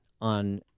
on